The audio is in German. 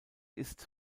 ist